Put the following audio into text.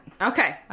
Okay